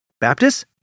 Baptists